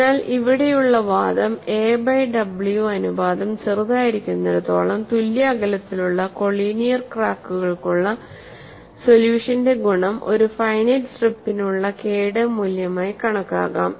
അതിനാൽ ഇവിടെയുള്ള വാദം a ബൈ w അനുപാതം ചെറുതായിരിക്കുന്നിടത്തോളം തുല്യ അകലത്തിലുള്ള കൊളീനിയർ ക്രാക്കുകൾക്കുള്ള സൊല്യൂഷന്റെ ഗുണം ഒരു ഫൈനൈറ്റ് സ്ട്രിപ്പിനുള്ള കെ യുടെ മൂല്യമായി കണക്കാക്കാം